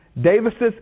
Davis's